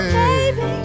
baby